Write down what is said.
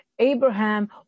Abraham